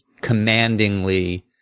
commandingly